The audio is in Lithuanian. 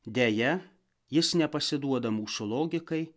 deja jis nepasiduoda mūsų logikai